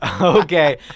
Okay